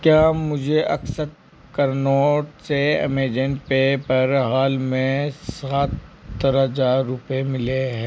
क्या मुझे अक्षत करनोट से अमेजन पे पर हाल में सत्तर हज़ार रुपये मिले हैं